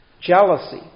jealousy